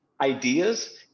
ideas